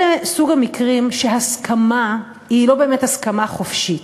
זה סוג המקרים שהסכמה היא לא באמת הסכמה חופשית.